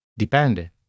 Dipende